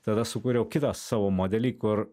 tada sukūriau kitą savo modelį kur